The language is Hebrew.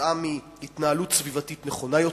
כתוצאה מהתנהלות סביבתית נכונה יותר,